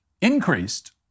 increased